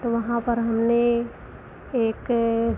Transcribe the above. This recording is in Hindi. तो वहाँ पर हमने एक